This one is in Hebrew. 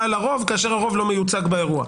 על הרוב כאשר הרוב לא מיוצג באירוע.